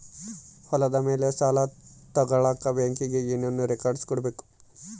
ಹೊಲದ ಮೇಲೆ ಸಾಲ ತಗಳಕ ಬ್ಯಾಂಕಿಗೆ ಏನು ಏನು ರೆಕಾರ್ಡ್ಸ್ ಕೊಡಬೇಕು?